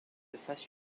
fasse